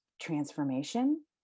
transformation